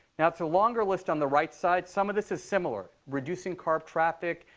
now it's a longer list on the right side. some of this is similar. reducing carb traffic,